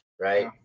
right